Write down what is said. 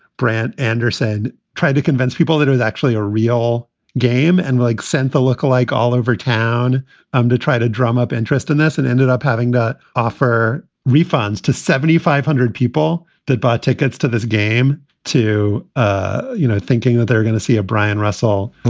brent anderson, tried to convince people that it was actually a real game and like sent the lookalike all over town um to try to drum up interest in this and ended up having to offer refunds to seventy five hundred people that bought tickets to this game to, ah you know, thinking that they're going to see a brian russell,